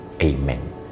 Amen